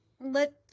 let